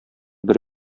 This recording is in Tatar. бер